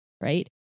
right